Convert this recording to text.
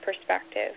perspective